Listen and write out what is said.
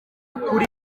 kuri